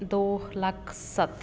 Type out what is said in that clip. ਦੋ ਲੱਖ ਸੱਤ